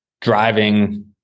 driving